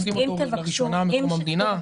שעושים אותו לראשונה מאז קום המדינה.